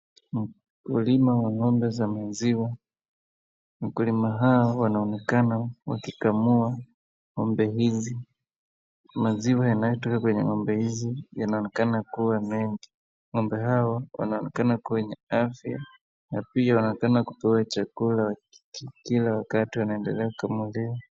Mkulima wa ng'ombe za maziwa. Mkulima hawa wanaonekana wakikamua ng'ombe hizi. Maziwa yanayotoka kwenye ng'ombe hizi inaonekana kuwa mengi. Ng'ombe hawa wanaonekana kwenye afya na pia wanaonekana kupewa chakula kila wakati wanaendelea kukamuliwa.